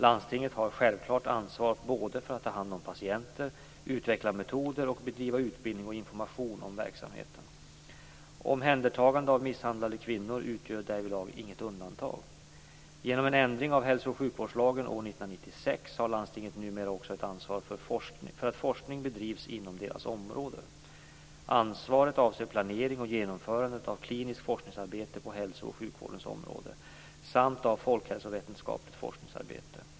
Landstinget har ett självklart ansvar för att ta hand om patienter, utveckla metoder och bedriva utbildning och information om verksamheten. Omhändertagande av misshandlade kvinnor utgör därvidlag inget undantag. 1996 har landstingen numera också ett ansvar för att forskning bedrivs inom deras område. Ansvaret avser planering och genomförande av kliniskt forskningsarbete på hälso och sjukvårdens område samt folkhälsovetenskapligt forskningsarbete.